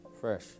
fresh